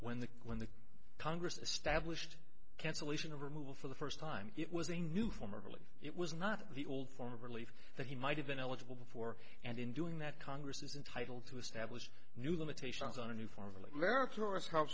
when the when the congress established cancellation of removal for the first time it was a new formerly it was not the old form of relief that he might have been eligible before and in doing that congress is entitled to establish